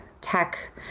tech